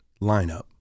lineup